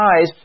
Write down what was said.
eyes